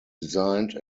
designed